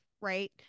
right